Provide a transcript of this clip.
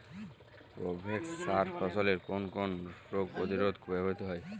Provex সার ফসলের কোন কোন রোগ প্রতিরোধে ব্যবহৃত হয়?